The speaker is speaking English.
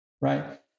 Right